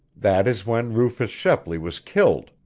that is when rufus shepley was killed.